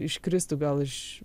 iškristų gal iš